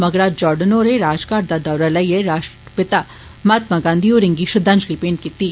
मगरा जार्डन होरें राजघाट दा दौरा लाइयै राश्ट्रपिता महात्मा गांधी होरेंगी श्रंद्वाजलि भेंट कीत्ती